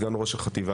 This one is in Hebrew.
סגן ראש החטיבה.